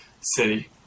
city